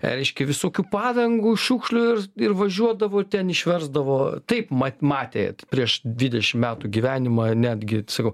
reiškia visokių padangų šiukšlių ir ir važiuodavo ten išversdavo taip mat matė prieš dvidešimt metų gyvenimą netgi atsakau